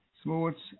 sports